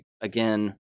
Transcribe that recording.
again